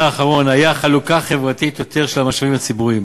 האחרון היה חלוקה חברתית יותר של המשאבים הציבוריים.